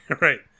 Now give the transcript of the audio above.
right